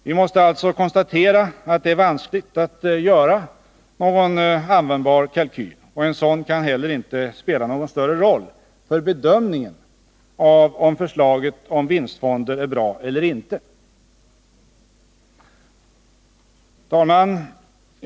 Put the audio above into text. Vi måste alltså konstatera att det är vanskligt att göra någon användbar kalkyl, och en sådan kan inte heller spela någon större roll för bedömningen av om förslaget om vinstfonder är bra eller inte. Fru talman!